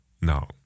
No